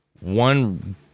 one